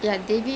ya